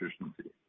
efficiency